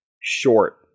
short